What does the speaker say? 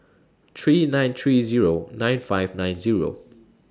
three nine three Zero nine five nine Zero